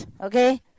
okay